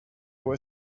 were